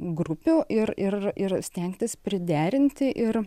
grupių ir ir ir stengtis priderinti ir